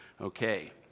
Okay